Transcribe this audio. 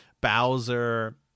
Bowser